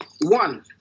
One